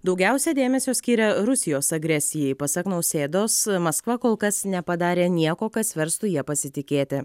daugiausia dėmesio skyrė rusijos agresijai pasak nausėdos maskva kol kas nepadarė nieko kas verstų ja pasitikėti